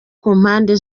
kumpande